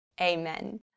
amen